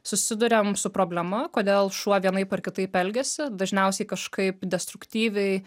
susiduriam su problema kodėl šuo vienaip ar kitaip elgiasi dažniausiai kažkaip destruktyviai